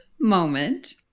moment